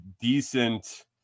decent